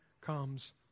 comes